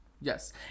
yes